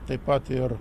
taip pat ir